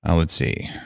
um let's see,